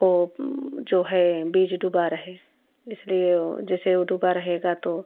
ओ जो है बीज डूबा रहे इसलिए वह जैसे वह डूबा रहेगा तो